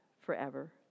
forever